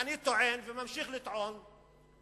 אני טוען, וממשיך לטעון,